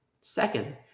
Second